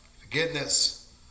Forgiveness